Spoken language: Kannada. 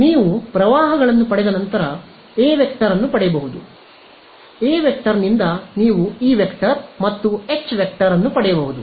ನೀವು ಪ್ರವಾಹಗಳನ್ನು ಪಡೆದ ನಂತರ ನೀವು ⃗A ಅನ್ನು ಪಡೆಯಬಹುದು A ನಿಂದ ನೀವು E ಮತ್ತು H ಅನ್ನು ಪಡೆಯಬಹುದು